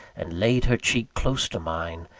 and laid her cheek close to mine,